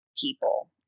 people